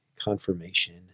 confirmation